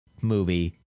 movie